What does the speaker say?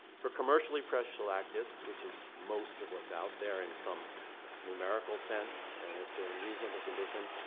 for commercially pressed shellac discs, which is most of what's out there in some numerical sense and if they're in reasonable condition,